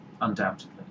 Undoubtedly